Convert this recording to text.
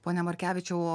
pone markevičiau